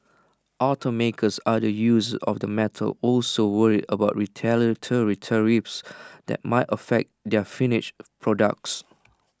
automakers other users of the metals also worried about retaliatory tariffs that might affect their finished products